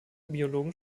biologen